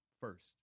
first